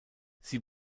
sie